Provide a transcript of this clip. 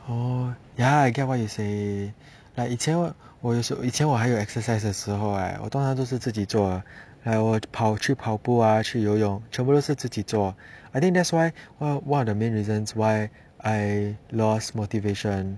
oh ya I get what you say like 以前以前我以前我还有 exercise 的时候 right 我通常都是自己做 like 我跑步啊去游泳全部都是自己做 I think that's why why why are the main reasons why I lost motivation